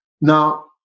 Now